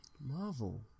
Marvel